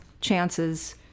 chances